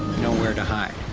nowhere to hide.